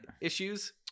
issues